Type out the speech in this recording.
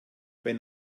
wenn